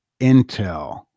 Intel